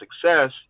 success